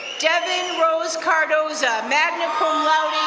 devin rose cardoza, magna cum